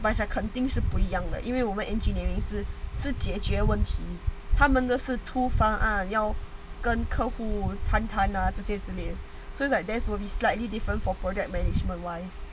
but 肯定是不一样的因为我们 engineering 是自解决问题他们的是出方案要跟客户谈谈这些 like theirs will be slightly different for project management wise